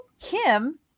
Kim